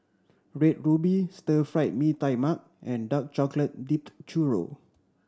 Red Ruby Stir Fried Mee Tai Mak and dark chocolate dipped churro